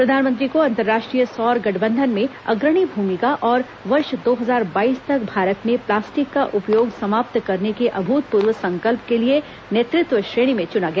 प्रधानमंत्री को अंतर्राष्ट्रीय सौर गठबंधन में अग्रणी भूमिका और वर्ष दो हजार बाईस तक भारत में प्लास्टिक का उपयोग समाप्त करने के अभूतपूर्व संकल्प के लिए नेतृत्व श्रेणी में चुना गया